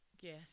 Yes